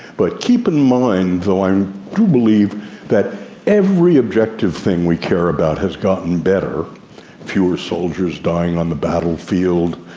but keep in mind though i do believe that every objective thing we care about has gotten better fewer soldiers dying on the battle field,